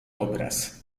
obraz